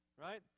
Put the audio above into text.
Right